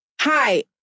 Hi